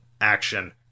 action